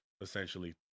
essentially